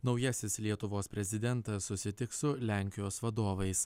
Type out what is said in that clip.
naujasis lietuvos prezidentas susitiks su lenkijos vadovais